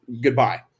Goodbye